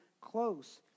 close